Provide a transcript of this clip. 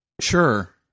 Sure